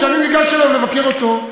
כשאני ניגש אליו לבקר אותו,